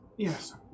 Yes